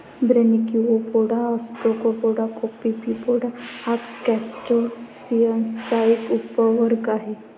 Branchiopoda, Ostracoda, Copepoda हा क्रस्टेसिअन्सचा एक उपवर्ग आहे